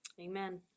Amen